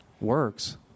works